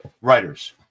Writers